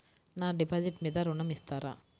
నా డిపాజిట్ మీద ఋణం ఇస్తారా?